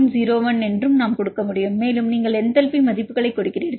1 என்றும் நாம் கொடுக்க முடியும் மேலும் நீங்கள் என்டல்பி மதிப்புகளைக் கொடுக்கிறீர்கள்